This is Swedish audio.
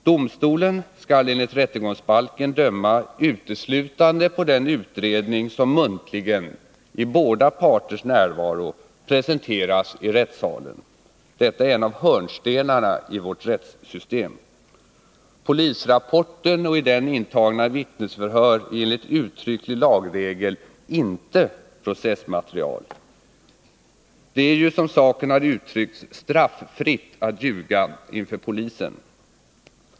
Domstolen skall enligt rättegångsbalken döma uteslutande på den utredning som muntligen, i båda parters närvaro, presenteras i rättssalen. Detta är en av hörnstenarna i vårt rättssystem. Polisrapporten och i den intagna vittnesförhör är enligt uttrycklig lagregel inte processmaterial. Det är ju, som saken har uttryckts, straffritt att ljuga inför polisen.